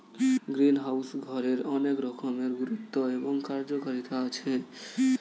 greenhouse ঘরের অনেক রকমের গুরুত্ব এবং কার্যকারিতা আছে